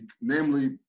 namely